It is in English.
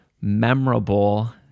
memorable